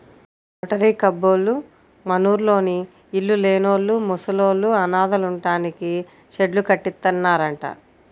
rotary కబ్బోళ్ళు మనూర్లోని ఇళ్ళు లేనోళ్ళు, ముసలోళ్ళు, అనాథలుంటానికి షెడ్డు కట్టిత్తన్నారంట